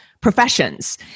professions